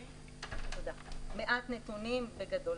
(שקף: מדדי תנועה 2018-1990). מעט נתונים בגדול.